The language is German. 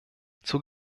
zur